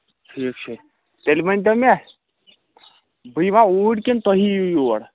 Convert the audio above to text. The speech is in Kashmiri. ٹھیٖک چھُ تیٚلہِ ؤنۍتو مےٚ بہٕ یِمہ اوٗرۍ کِنہٕ تُہی یِیِو یور